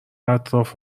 اطراف